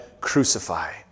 crucify